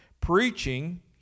preaching